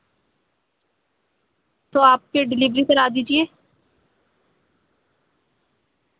تو آپ کے ڈیلیوری سر آ دیجیے